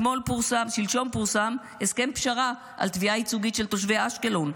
שלשום פורסם הסכם פשרה על תביעה ייצוגית של תושבי אשקלון,